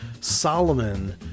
Solomon